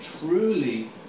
truly